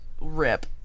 rip